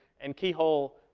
and keyhole,